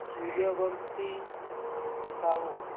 Suryavanshi Sahu